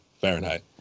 Fahrenheit